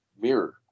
mirror